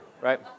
right